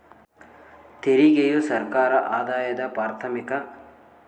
ತೆರಿಗೆಯು ಸರ್ಕಾರ ಆದಾಯದ ಪ್ರಾರ್ಥಮಿಕ ಮೂಲವಾಗಿದೆ ವ್ಯಕ್ತಿಗಳು, ಸಾರ್ವಜನಿಕ ಉದ್ಯಮಗಳು ವ್ಯಾಪಾರ, ನೈಸರ್ಗಿಕ ಸಂಪನ್ಮೂಲಗಳು